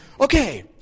okay